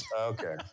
Okay